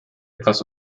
etwas